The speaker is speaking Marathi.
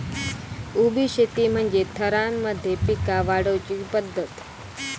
उभी शेती म्हणजे थरांमध्ये पिका वाढवुची पध्दत